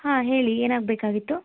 ಹಾಂ ಹೇಳಿ ಏನಾಗಬೇಕಾಗಿತ್ತು